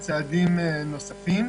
צעדים נוספים.